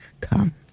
come